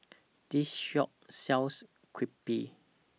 This Shop sells Crepe